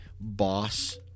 boss